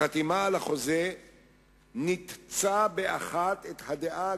החתימה על החוזה ניתצה באחת את הדעה הקדומה,